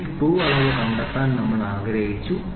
ഈ സ്ക്രൂ അളവ് കണ്ടെത്താൻ നമ്മൾ ആഗ്രഹിച്ചു ശരി